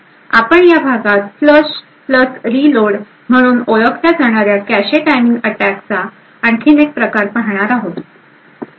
आपण या भागात फ्लश रीलोड FlushReload म्हणून ओळखल्या जाणार्या कॅश टायमिंग अटॅकचा आणखी एक प्रकार पाहणार आहोत